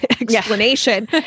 explanation